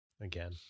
Again